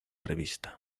revista